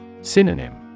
Synonym